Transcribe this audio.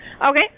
Okay